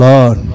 Lord